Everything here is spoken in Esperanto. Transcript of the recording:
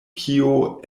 kio